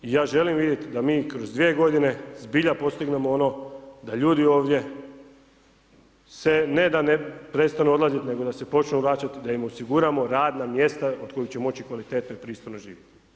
I ja želim vidjeti da mi kroz dvije godine zbilja postignemo ono da ljudi ovdje se ne da prestanu odlaziti, nego da se počnu vraćati da im osiguramo radna mjesta od kojih će moći kvalitetno i pristojno živjeti.